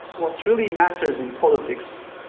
what really matters in politics